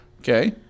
Okay